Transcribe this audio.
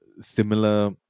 similar